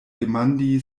demandi